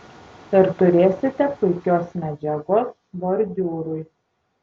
ir turėsite puikios medžiagos bordiūrui